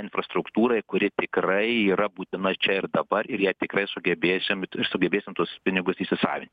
infrastruktūrai kuri tikrai yra būtina čia ir dabar ir jei tikrai sugebėsim sugebėsim tuos pinigus įsisavinti